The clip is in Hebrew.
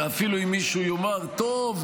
ואפילו אם מישהו יאמר: טוב,